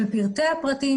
של פרטי הפרטי,